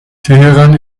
teheran